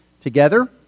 together